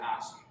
ask